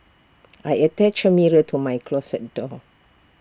I attached A mirror to my closet door